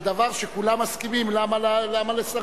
על דבר שכולם מסכימים, למה לסרב?